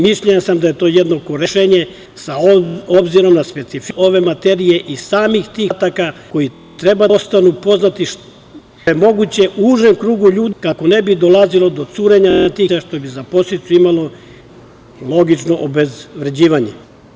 Mišljenja sam da je to jedno korektno rešenje, s obzirom na specifičnost ove materije i samih tih podataka koji treba da ostanu poznati što je moguće u užem krugu ljudi, kako ne bi dolazilo do curenja tih informacija, što bi za posledicu imalo njihovo logično obezvređivanje.